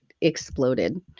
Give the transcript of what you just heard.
exploded